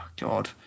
God